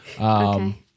Okay